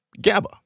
GABA